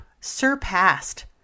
surpassed